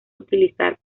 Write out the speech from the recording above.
utilizar